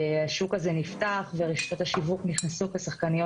השוק הזה נפתח ורשתות השיווק נכנסו כשחקניות